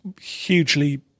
hugely